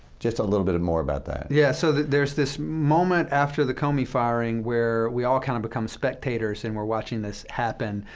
just a little bit more about that. yeah. so there's this moment after the comey firing where we all kind of become spectators, and we're watching this happen.